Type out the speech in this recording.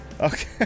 Okay